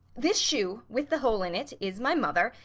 this shoe with the hole in it is my mother,